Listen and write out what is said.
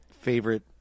favorite